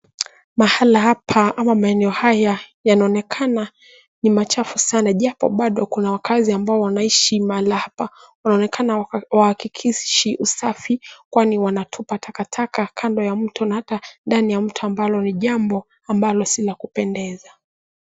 Mahala hapa ama maeneo haya yanaonekana ni machafu sana japo bado kuna wakaazi ambao wanaishi mahala hapa, wanaonekana hawahakikishi usafi kwani wanatupa takataka kando ya mto na ata ndani ya mto ambalo ni jambo ambalo si la kupendeza.